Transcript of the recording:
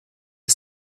der